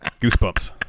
Goosebumps